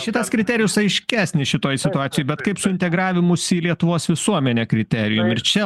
šitas kriterijus aiškesnis šitoj situacijoj bet kaip su integravimusi į lietuvos visuomenę kriterijum ir čia